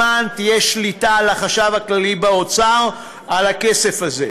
למען תהיה שליטה על החשב הכללי באוצר על הכסף הזה,